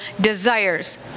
desires